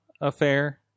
affair